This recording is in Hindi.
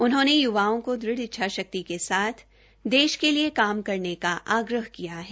उन्होंने य्वाओं को दृढ़ इच्छा शक्ति के साथ देश के लिए काम करने का आग्रह किया है